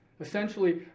essentially